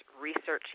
researching